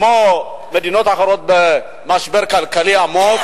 כמו מדינות אחרות, במשבר כלכלי עמוק?